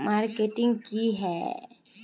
Marketing की है?